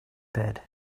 bed